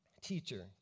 Teacher